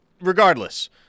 regardless